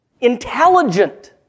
intelligent